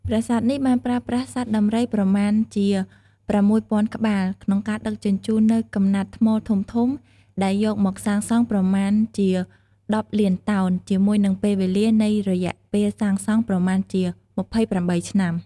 ប្រាសាទនេះបានប្រើប្រាស់សត្វដំរី ប្រមាណជា ៦០០០ ក្បាល ក្នុងការដឹកជញ្ជូននូវកំំំណាត់ថ្មធំៗ ដែលយកមកសាងសង់ប្រមាណជា ១០លានតោន ជាមួយនិងពេលវេលា នៃរយៈពេលសាងសង់ប្រមាណជា ២៨ ឆ្នាំ ។